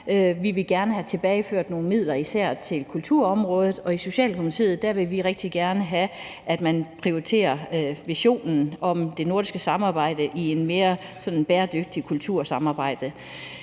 Vi ville gerne have tilbageført nogle midler, især til kulturområdet. I Socialdemokratiet vil vi rigtig gerne have, at man prioriterer visionen om det nordiske samarbejde i forhold til et mere sådan bæredygtigt kultursamarbejde.